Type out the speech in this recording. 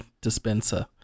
dispenser